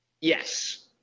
Yes